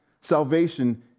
Salvation